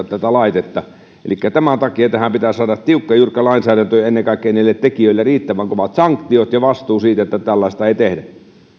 tätä laitetta elikkä tämän takia tähän pitää saada tiukka jyrkkä lainsäädäntö ja ennen kaikkea niille tekijöille riittävän kovat sanktiot ja vastuu siitä että tällaista ei tehdä